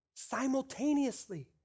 simultaneously